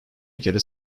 ülkede